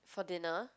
for dinner